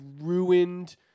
ruined